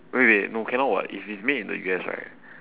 wait wait no cannot [what] if it's made in the U_S right